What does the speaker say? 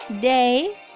day